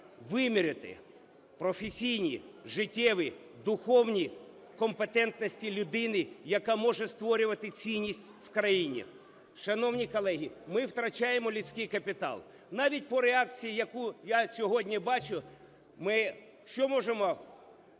виміряти професійні, життєві, духовні компетентності людини, яка може створювати цінність в країні. Шановні колеги, ми втрачаємо людський капітал. Навіть по реакції, яку я сьогодні бачу, ми що можемо